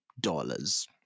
dollars